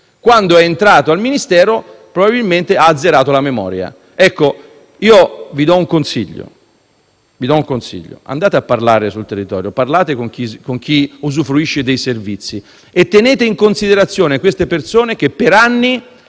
quando è entrato al Ministero probabilmente ha azzerato la memoria. Vi do un consiglio: andate sul territorio, parlate con chi usufruisce dei servizi e tenete in considerazione queste persone che per anni